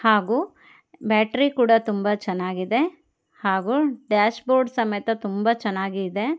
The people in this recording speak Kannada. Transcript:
ಹಾಗೂ ಬ್ಯಾಟ್ರಿ ಕೂಡ ತುಂಬ ಚೆನ್ನಾಗಿದೆ ಹಾಗೂ ಡ್ಯಾಶ್ಬೋರ್ಡ್ ಸಮೇತ ತುಂಬ ಚೆನ್ನಾಗಿ ಇದೆ